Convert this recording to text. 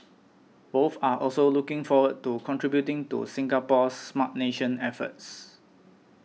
both are also looking forward to contributing to Singapore's Smart Nation efforts